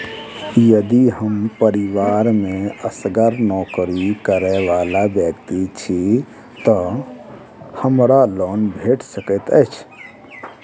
यदि हम परिवार मे असगर नौकरी करै वला व्यक्ति छी तऽ हमरा लोन भेट सकैत अछि?